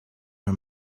her